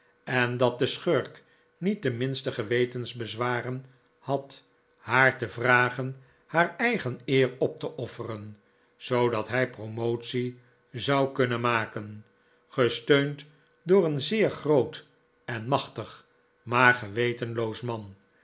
en dat de schurk niet de minste gewetensbezwaren had haar te vragen haar eigen eer op te offeren zoodat hij promotie zou kunnen maken gesteund door een zeer groot en machtig maar gewetenloos man